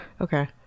okay